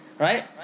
Right